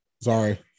sorry